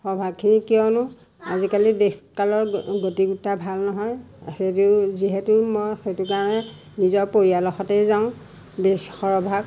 সৰহভাগখিনি কিয়নো আজিকালি দেশকালৰ গতি গোত্ৰ ভাল নহয় সেইটো যিহেতু মই সেইটো কাৰণে নিজৰ পৰিয়ালৰ সৈতেই যাওঁ বেছ সৰহভাগ